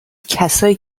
کسایی